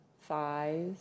Thighs